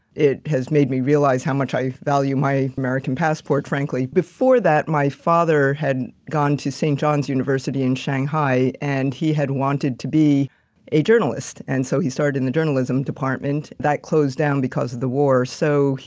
it has made me realize how much i value my marriage and passport frankly. before that, my father had gone to st. john's university in shanghai, and he had wanted to be a journalist. and so, he started in the journalism department that closed down because of the war. so,